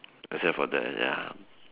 except for that ya